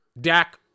Dak